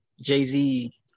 Jay-Z